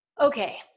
Okay